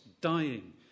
dying